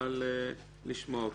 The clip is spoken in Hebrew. נוכל לשמוע אתכם.